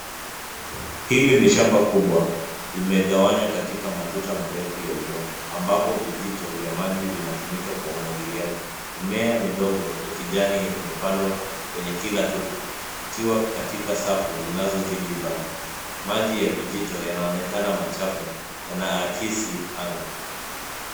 Hili ni shamba kubwa limegawanywa katika matuta marefu ya udongo ambapo vijito vya maji vinatumika kwa umwangiliaji. Mimea midogo ya kijani imepandwa kwenye kila tuta ikiwa katika safu zinazozidi mbali. Maji ya vijito yanaonekana machafu yanaakisi anga.